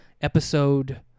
episode